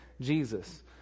Jesus